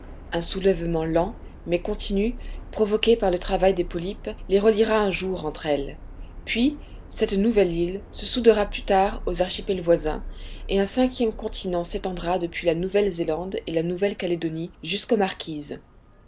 un soulèvement lent mais continu provoqué par le travail des polypes les reliera un jour entre elles puis cette nouvelle île se soudera plus tard aux archipels voisins et un cinquième continent s'étendra depuis la nouvelle zélande et la nouvelle calédonie jusqu'aux marquises